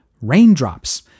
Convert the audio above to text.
Raindrops